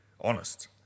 honest